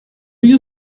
you